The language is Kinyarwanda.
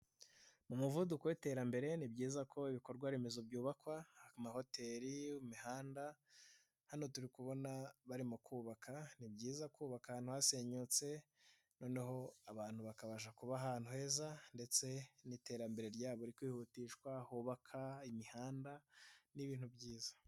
Mu muvuduko w'iterambere ni byiza ko ibikorwa remezo byubakwa, amahoteli, imihanda, hano turi kubona barimo kubaka, ni byiza kubaka ahantu hasenyutse, noneho abantu bakabasha kuba ahantu heza, ndetse n'iterambere ryabo rihutishwa, hubakwa imihanda n'ibintu byiza.